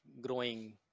growing